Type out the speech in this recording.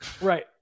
Right